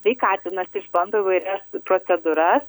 sveikatinasi išbando įvairias procedūras